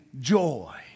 joy